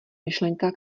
myšlenka